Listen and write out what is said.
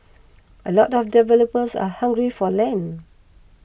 a lot of developers are hungry for land